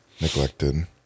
Neglected